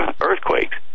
earthquakes